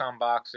Unboxing